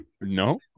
No